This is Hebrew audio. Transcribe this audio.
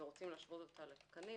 ורוצים להשוות לתקנים